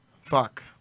Fuck